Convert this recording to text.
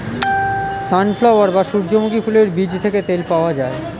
sunflower বা সূর্যমুখী ফুলের বীজ থেকে তেল পাওয়া যায়